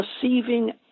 perceiving